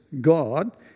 God